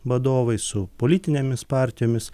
vadovai su politinėmis partijomis